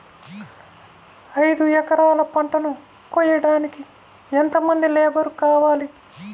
ఐదు ఎకరాల పంటను కోయడానికి యెంత మంది లేబరు కావాలి?